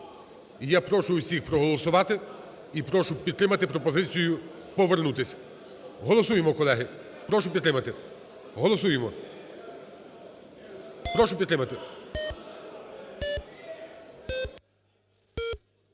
я прошу всіх проголосувати, і прошу підтримати пропозицію повернутися. Голосуємо, колеги, прошу підтримати. Голосуємо. Прошу підтримати.